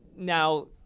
Now